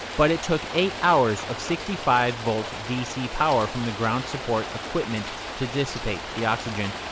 but it took eight hours of sixty five volt dc power from the ground support equipment to dissipate the oxygen.